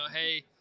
hey